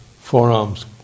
forearms